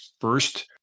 first